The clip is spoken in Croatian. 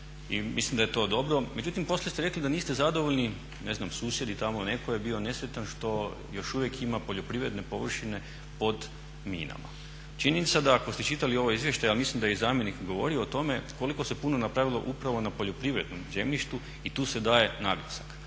I mislim da je to dobro. Međutim, poslije ste rekli da niste zadovoljni ne znam susjedi tamo netko je bio nesretan zato što još uvijek ima poljoprivredne površine pod minama. Čini mi se da ako ste čitali ovaj izvještaj, a mislim da je i zamjenik govorio o tome, koliko se puno napravilo upravo na poljoprivrednom zemljištu i tu se daje naglasak.